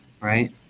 Right